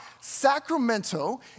Sacramento